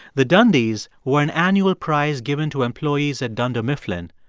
the dundies were an annual prize given to employees at dunder mifflin,